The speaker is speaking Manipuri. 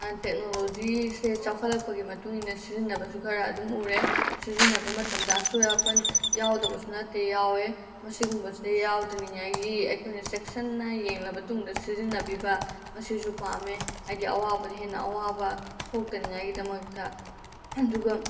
ꯇꯦꯛꯅꯣꯂꯣꯖꯤꯁꯦ ꯆꯥꯎꯈꯠꯂꯛꯄꯒꯤ ꯃꯇꯨꯡ ꯏꯟꯅ ꯁꯤꯖꯟꯅꯕꯁꯨ ꯈꯔ ꯑꯗꯨꯝ ꯎꯔꯦ ꯁꯤꯖꯤꯟꯅꯕ ꯃꯇꯝꯗ ꯑꯁꯣꯏ ꯑꯄꯟ ꯌꯥꯎꯗꯕꯁꯨ ꯅꯠꯇꯦ ꯌꯥꯎꯋꯦ ꯃꯁꯤꯒꯨꯝꯕꯁꯦ ꯌꯥꯎꯗꯅꯤꯡꯉꯥꯏꯒꯤ ꯑꯩꯈꯣꯏꯅ ꯆꯦꯛꯁꯤꯟꯅ ꯌꯦꯡꯂꯕ ꯇꯨꯡꯗ ꯁꯤꯖꯤꯟꯅꯕꯤꯕ ꯃꯁꯤꯁꯨ ꯄꯥꯝꯃꯦ ꯍꯥꯏꯗꯤ ꯑꯋꯥꯕꯗ ꯍꯦꯟꯅ ꯑꯋꯥꯕ ꯊꯣꯛꯇꯅꯤꯉꯥꯏꯒꯤꯗꯃꯛꯇ ꯑꯗꯨꯒ